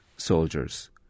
soldiers